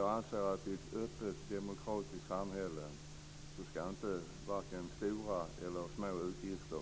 Jag anser att i ett öppet, demokratiskt samhälle ska varken stora eller små utgifter